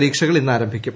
പരീക്ഷകൾ ഇന്ന് ആരംഭിക്കും